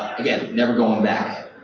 again, never going back.